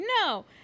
no